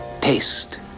taste